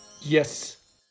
Yes